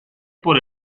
por